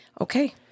Okay